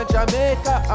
Jamaica